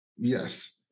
Yes